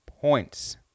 points